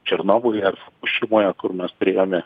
černobyly ar fukušimoje kur mes turėjome